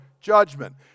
judgment